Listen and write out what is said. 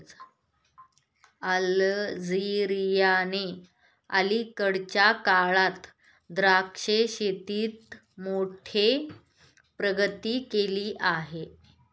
अल्जेरियाने अलीकडच्या काळात द्राक्ष शेतीत मोठी प्रगती केली आहे